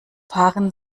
fahren